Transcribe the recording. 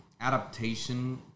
adaptation